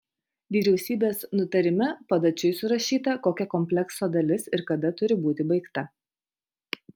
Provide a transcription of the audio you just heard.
vyriausybės nutarime padačiui surašyta kokia komplekso dalis ir kada turi būti baigta